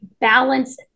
balance